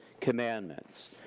commandments